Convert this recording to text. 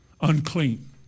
unclean